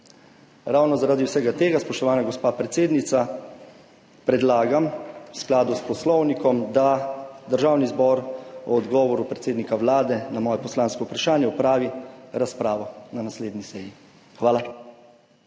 Ravno zaradi vsega tega, spoštovana gospa predsednica, predlagam v skladu s Poslovnikom, da Državni zbor o odgovoru predsednika Vlade na moje poslansko vprašanje opravi razpravo na naslednji seji. Hvala.